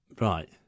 right